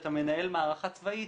כשאתה מנהל מערכה צבאית,